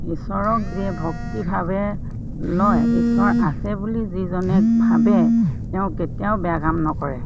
ঈশ্বৰক যিয়ে ভক্তিভাৱে লয় ঈশ্বৰ আছে বুলি যিজনে ভাবে তেওঁ কেতিয়াও বেয়া কাম নকৰে